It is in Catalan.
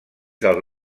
del